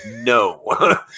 No